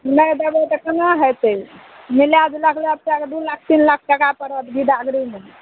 नहि देबै तऽ कोना हेतै मिलै जुलैके लपटैके दुइ लाख तीन लाख टका पड़त विदागरीमे